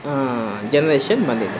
generation ಬಂದಿದೆ